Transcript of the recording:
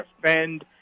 defend